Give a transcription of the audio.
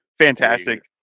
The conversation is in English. fantastic